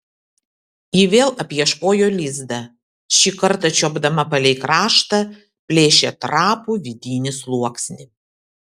ji vėl apieškojo lizdą šį kartą čiuopdama palei kraštą plėšė trapų vidinį sluoksnį